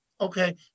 Okay